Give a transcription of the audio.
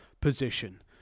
position